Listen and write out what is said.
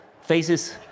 faces